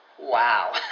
Wow